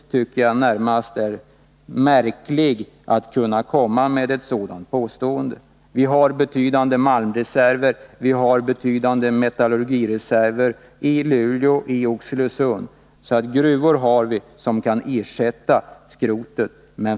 Jag tycker det närmast är märkligt att man kan komma med ett sådant påstående. Vi har betydande malmreserver och betydande metallurgireserver i Luleå och i Oxelösund. Gruvor har vi alltså som kan ersätta skrotet.